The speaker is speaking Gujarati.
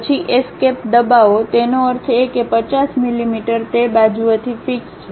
પછી એસ્કેપ દબાવો તેનો અર્થ એ કે 50 મિલિમીટર તે બાજુએથી ફીક્સ છે